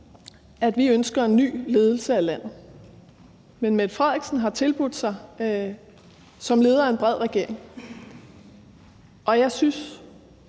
at vi ønsker en ny ledelse af landet. Statsministeren har tilbudt sig som leder af en bred regering, og jeg synes,